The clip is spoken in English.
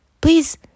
please